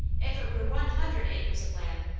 if it were one hundred acres of land,